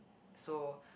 so